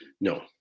no